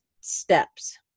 steps